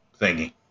thingy